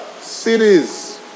cities